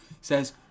says